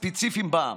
ספציפיים בעם.